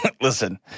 Listen